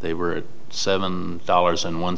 they were seven dollars and one